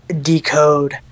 decode